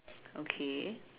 okay